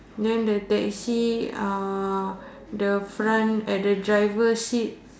then the taxi ah the front at the driver seat